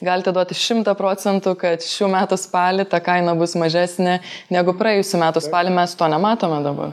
galite duoti šimtą procentų kad šių metų spalį ta kaina bus mažesnė negu praėjusių metų spalį mes to nematome dabar